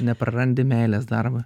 neprarandi meilės darbui